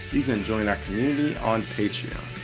you can join our community on patreon.